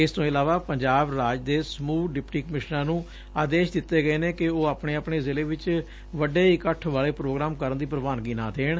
ਇਸ ਤੋਂ ਇਲਾਵਾ ਪੰਜਾਬ ਰਾਜ ਦੇ ਸਮੁਹ ਡਿਪਟੀ ਕਮਿਸ਼ਨਰਾਂ ਨੂੰ ਆਦੇਸ਼ ਦਿੱਤੇ ਗਏ ਕਿ ਉਹ ਆਪਣੇ ਆਪਣੇ ਜਿਲੇ ਵਿੱਚ ਵੱਡੇ ਇੱਕਠ ਵਾਲੇ ਪੋਗਰਾਮ ਕਰਨ ਦੀ ਪੁਵਾਨਗੀ ਨਾ ਦੇਣ